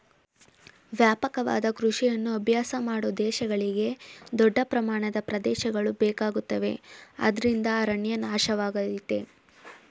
ವ್ಯಾಪಕವಾದ ಕೃಷಿಯನ್ನು ಅಭ್ಯಾಸ ಮಾಡೋ ದೇಶಗಳಿಗೆ ದೊಡ್ಡ ಪ್ರಮಾಣದ ಪ್ರದೇಶಗಳು ಬೇಕಾಗುತ್ತವೆ ಅದ್ರಿಂದ ಅರಣ್ಯ ನಾಶವಾಗಯ್ತೆ